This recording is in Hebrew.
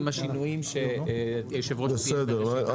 בסדר,